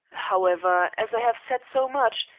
however, as i have said so much,